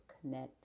connect